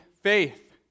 faith